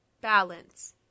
balance